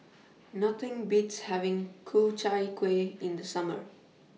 Nothing Beats having Ku Chai Kueh in The Summer